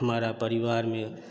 हमारे परिवार में